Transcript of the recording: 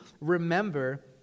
remember